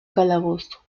calabozo